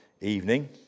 evening